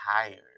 tired